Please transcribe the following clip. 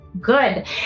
Good